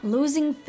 Losing